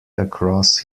across